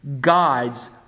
Guides